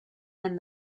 and